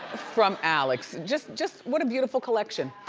from alex. just just what a beautiful collection.